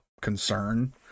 concern